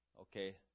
Okay